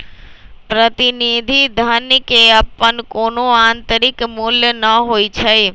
प्रतिनिधि धन के अप्पन कोनो आंतरिक मूल्य न होई छई